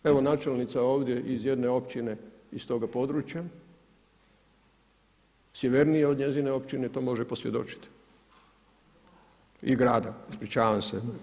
Evo načelnica ovdje iz jedne općine iz toga područja sjevernije od njezine općine to može posvjedočiti i grada, ispričavam se.